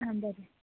आं बरें